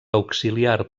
auxiliar